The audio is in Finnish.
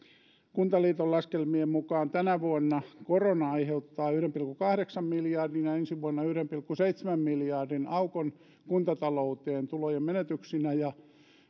kuntaliiton laskelmien mukaan tänä vuonna korona aiheuttaa yhden pilkku kahdeksan miljardin ja ensi vuonna yhden pilkku seitsemän miljardin aukon kuntatalouteen tulojen menetyksinä ja